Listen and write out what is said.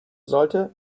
sollte